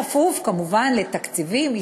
בכפוף כמובן לתקציבים,